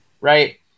Right